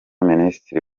minisitiri